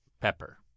pepper